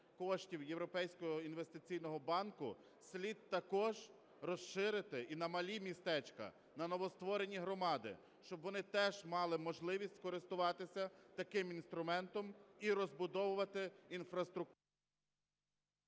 коштів Європейського інвестиційного банку слід також розширити і на малі містечка, на новостворені громади, щоб вони теж мали можливість користуватися таким інструментом і розбудовувати...